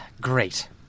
great